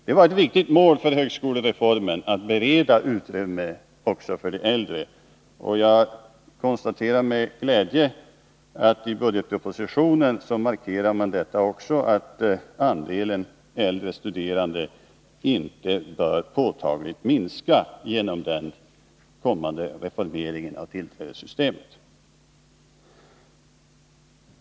Det var ett viktigt mål i samband med högskolereformen att bereda utrymme också för de äldre, och jag konstaterar med glädje att man i budgetpropo sitionen markerar att andelen äldre studerande inte bör påtagligt minska genom den kommande reformeringen av tillträdessystemet.